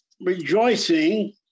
rejoicing